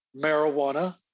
marijuana